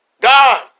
God